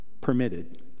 permitted